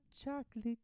chocolate